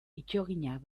itoginak